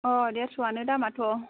अ देरस'आनो दामाथ'